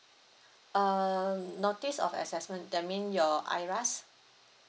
um notice of assessment that mean your IRAS